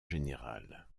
général